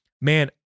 Man